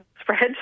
spread